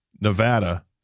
Nevada